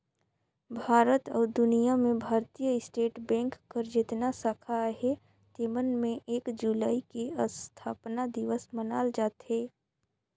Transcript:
भारत अउ दुनियां में भारतीय स्टेट बेंक कर जेतना साखा अहे तेमन में एक जुलाई के असथापना दिवस मनाल जाथे